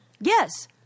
yes